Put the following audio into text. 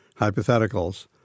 hypotheticals